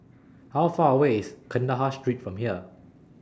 How Far away IS Kandahar Street from here